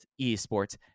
esports